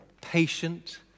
patient